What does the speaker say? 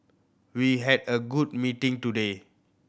we had a good meeting today